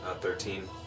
Thirteen